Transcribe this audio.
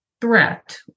threat